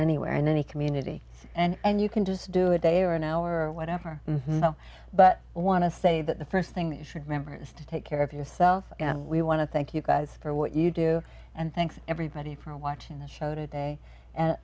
anywhere in any community and you can just do a day or an hour or whatever but i want to say that the st thing that should members to take care of yourself and we want to thank you guys for what you do and thanks everybody for watching the show today and